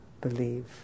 believe